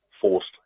forced